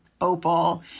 Opal